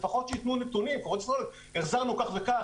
לפחות שיתנו נתונים החזרנו כך וכך,